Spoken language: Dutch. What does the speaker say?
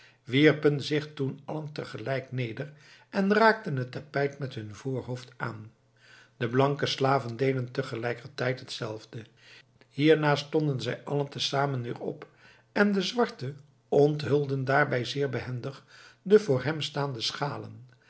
wierpen zich toen allen tegelijk neder en raakten het tapijt met hun voorhoofd aan de blanke slaven deden tegelijkertijd hetzelfde hierna stonden zij allen te zamen weer op en de zwarte onthulden daarbij zeer behendig de voor hen staande schalen